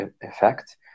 effect